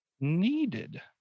needed